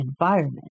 environment